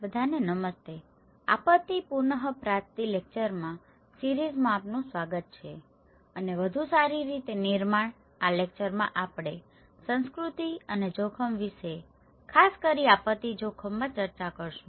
બધાને નમસ્તે આપત્તિ પુન પ્રાપ્તિ લેક્ચર સીરીઝમાં આપનું સ્વાગત છે અને વધુ સારી રીતે નિર્માણ આ લેક્ચરમાં આપણે સંસ્કૃતિ અને જોખમ વિશે ખાસ કરીને આપત્તિ જોખમમાં ચર્ચા કરીશું